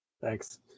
Thanks